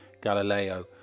Galileo